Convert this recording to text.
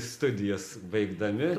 studijas baigdami